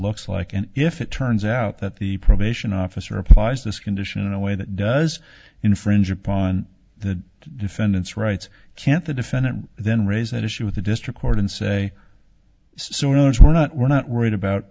looks like and if it turns out that the probation officer applies this condition in a way that does infringe upon the defendant's rights can't the defendant then raise that issue with the district court and say so in others we're not we're not worried about